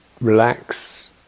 relax